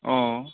অঁ